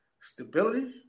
stability